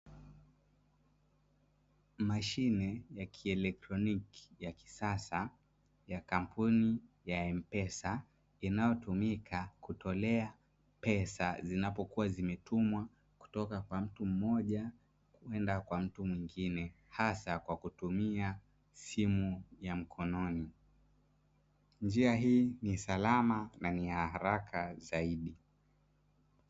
Mashine ya kielektroniki ya kisasa ya kampuni ya "M-Pesa", inayotumika kutolea pesa zinapokuwa zimetumwa kutoka kwa mtu mmoja kwenda kwa mtu mwingine, hasa kwa kutumia simu ya mkononi; njia hii ni salama na ni ya haraka zaidi.